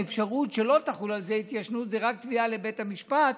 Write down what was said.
האפשרות שלא תחול על זה התיישנות זה רק תביעה לבית המשפט.